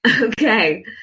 Okay